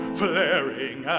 flaring